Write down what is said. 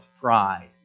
pride